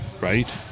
Right